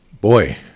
Boy